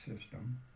system